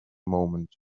moment